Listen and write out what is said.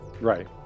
Right